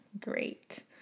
great